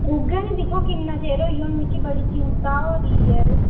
अग्गै नेईं दिक्खो किन्ना चिर होई गेआ हून मिकी चिंता होआ दी ऐ ते